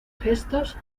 gestos